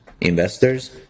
investors